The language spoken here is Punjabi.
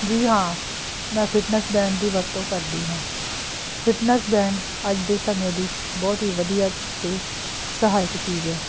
ਜੀ ਹਾਂ ਮੈਂ ਫਿਟਨੈਸ ਬੈਂਡ ਦੀ ਵਰਤੋਂ ਕਰਦੀ ਹਾਂ ਫਿਟਨੈਸ ਬੈਂਡ ਅੱਜ ਦੇ ਸਮੇਂ ਦੀ ਬਹੁਤ ਹੀ ਵਧੀਆ ਅਤੇ ਸਹਾਇਕ ਚੀਜ਼ ਹੈ